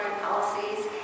policies